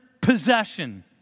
possession